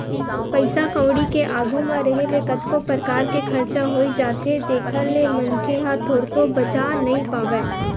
पइसा कउड़ी के आघू म रेहे ले कतको परकार के खरचा होई जाथे जेखर ले मनखे ह थोरको बचा नइ पावय